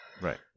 Right